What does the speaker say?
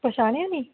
ਪਛਾਣਿਆ ਨੀ